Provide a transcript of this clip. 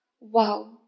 wow